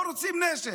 לא רוצים נשק.